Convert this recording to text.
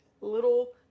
Little